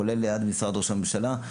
כולל משרד ראש הממשלה.